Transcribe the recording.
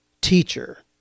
teacher